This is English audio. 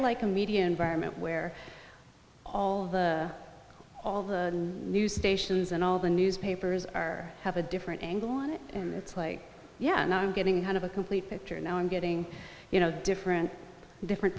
like a media environment where all the news stations and all the newspapers are have a different on it and it's like yeah i'm getting kind of a complete picture now i'm getting you know different different